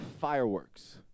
fireworks